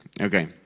Okay